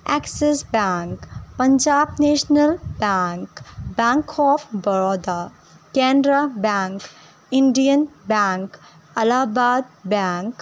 Axis bank Punjab national bank bank of Baroda Canara bank Indian bank Allahabad bank